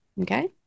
Okay